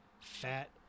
fat